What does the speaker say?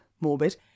morbid